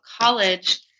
college